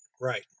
Right